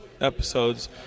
episodes